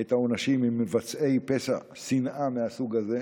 את העונשים למבצעי פשע שנאה מהסוג הזה.